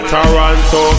Toronto